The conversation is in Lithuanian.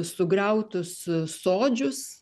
sugriautus sodžius